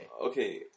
Okay